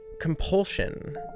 compulsion